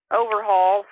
overhaul